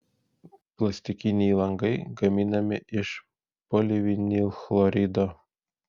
plastikiniai langai gaminami iš polivinilchlorido